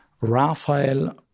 Raphael